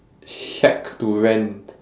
shack to rent